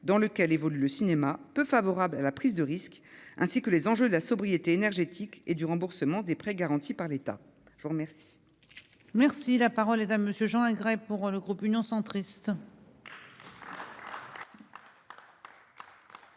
dans lequel évolue le cinéma peu favorable à la prise de risque, ainsi que les enjeux de la sobriété énergétique et du remboursement des prêts garantis par l'État, je vous remercie. Merci, la parole est à monsieur Jean, un vrai pour le groupe Union centriste.